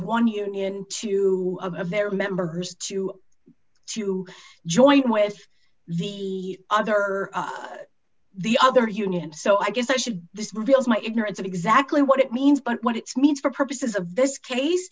one union two of their members to to join with the other or the other union so i guess i should this bill is my ignorance of exactly what it means but what it means for purposes of this case